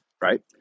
right